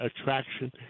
attraction